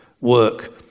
work